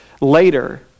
later